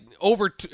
over –